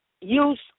use